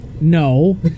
No